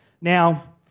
Now